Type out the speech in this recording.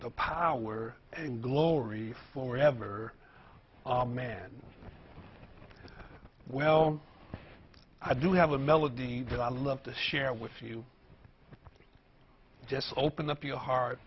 the power and glory for ever man well i do have a melody that i love to share with you just open up your heart